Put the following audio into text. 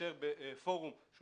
כאשר בפורום שהוא